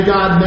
God